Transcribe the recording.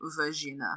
vagina